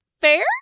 Fair